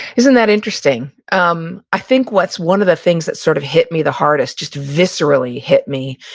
isn't that interesting. um i think what's one of the things that sort of hit me the hardest, just viscerally hit me,